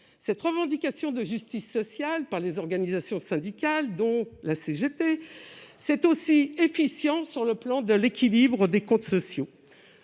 Cette revendication de justice sociale par les organisations syndicales, dont la CGT, est donc efficiente en matière d'équilibre des comptes sociaux.